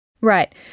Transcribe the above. Right